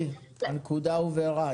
הנקודה הובהרה.